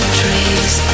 trees